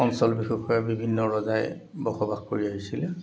অঞ্চল বিশেষে বিভিন্ন ৰজাই বসবাস কৰি আহিছিলে